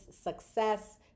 success